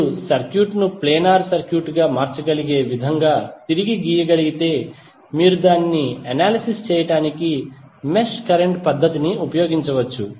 మీరు సర్క్యూట్ను ప్లేనార్ సర్క్యూట్గా మార్చగలిగే విధంగా తిరిగి గీయగలిగితే మీరు దానిని అనాలిసిస్ చేయడానికి మెష్ కరెంట్ పద్ధతిని ఉపయోగించవచ్చు